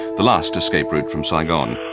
the last escape route from saigon.